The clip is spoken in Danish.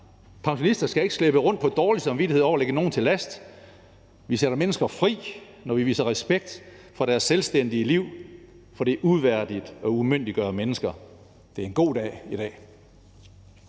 pensionister skal ikke slæbe rundt på dårlig samvittighed over at ligge nogen til last. Vi sætter mennesker fri, når vi viser respekt for deres selvstændige liv, for det er uværdigt at umyndiggøre mennesker. Det er en god dag i dag!